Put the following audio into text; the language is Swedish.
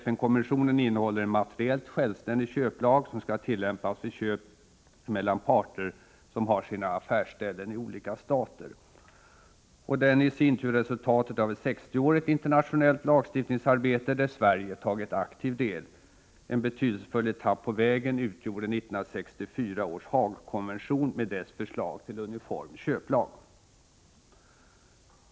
FN-konventionen innehåller en materiellt självständig köplag, som skall tillämpas vid köp emellan parter som har sina affärsställen i olika stater. Den är i sin tur resultatet av ett 60-årigt internationellt lagstiftningsarbete, där Sverige tagit aktiv del; en betydelsefull etapp på vägen utgjorde 1964 års Haagkonvention med dess förslag till uniform köplag.